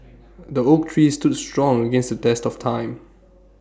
the oak tree stood strong against test of time